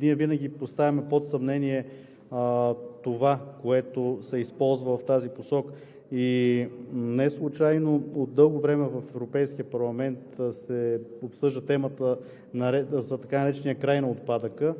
винаги поставяме под съмнение това, което се използва в тази посока. Неслучайно от дълго време в Европейския парламент се обсъжда темата за така наречения край на отпадъка.